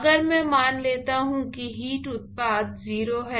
अगर मैं मान लेता हूं कि हीट उत्पादन 0 है